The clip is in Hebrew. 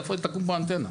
איפה תקום פה אנטנה?